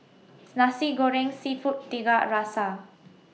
Nasi Goreng Seafood Tiga Rasa